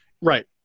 right